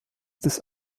des